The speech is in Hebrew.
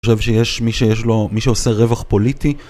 אני חושב שיש מי שיש לו, מי שעושה רווח פוליטי.